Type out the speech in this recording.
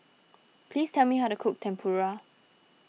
please tell me how to cook Tempura